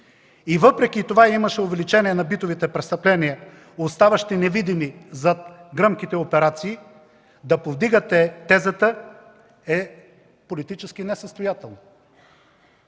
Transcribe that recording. и въпреки това имаше увеличение на битовите престъпления, оставащи невидими зад гръмките операции, да повдигате тезата е политически несъстоятелно.